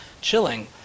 chilling